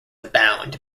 abound